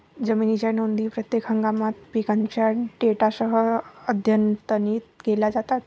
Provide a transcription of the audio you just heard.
जमिनीच्या नोंदी प्रत्येक हंगामात पिकांच्या डेटासह अद्यतनित केल्या जातात